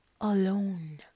alone